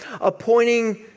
appointing